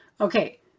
Okay